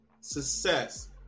success